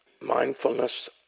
mindfulness